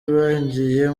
abagiye